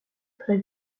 très